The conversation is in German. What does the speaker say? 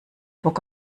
bock